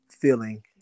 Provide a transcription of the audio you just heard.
feeling